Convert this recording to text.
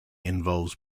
involves